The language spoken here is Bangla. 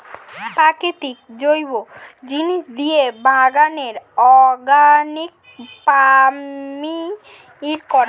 প্রাকৃতিক জৈব জিনিস দিয়ে বাগানে অর্গানিক ফার্মিং করা হয়